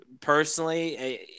personally